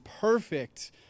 perfect